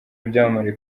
ibyamamare